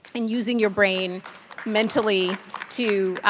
and using your brain mentally to,